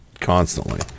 Constantly